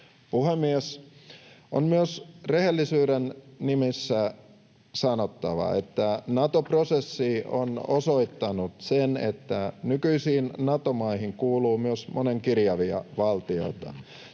Puhemies! On myös rehellisyyden nimissä sanottava, että Nato-prosessi on osoittanut sen, että nykyisiin Nato-maihin kuuluu myös monenkirjavia valtioita.